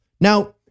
Now